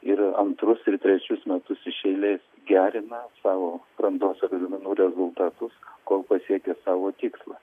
ir antrus ir trečius metus iš eilės gerina savo brandos egzaminų rezultatus kol pasiekia savo tikslą